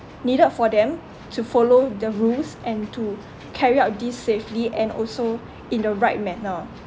needed for them to follow the rules and to carry out these safely and also in the right manner